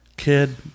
kid